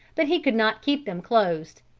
but he could not keep them closed.